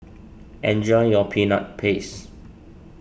enjoy your Peanut Paste